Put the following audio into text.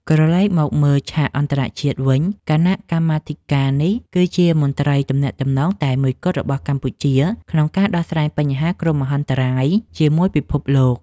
ក្រឡេកមកមើលលើឆាកអន្តរជាតិវិញ គណៈកម្មាធិការនេះគឺជាមន្ត្រីទំនាក់ទំនងតែមួយគត់របស់កម្ពុជា ក្នុងការដោះស្រាយបញ្ហាគ្រោះមហន្តរាយជាមួយពិភពលោក។